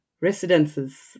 residences